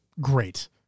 Great